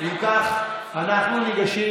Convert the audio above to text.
אם כך, אנחנו ניגשים